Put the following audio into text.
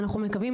אנחנו מקווים,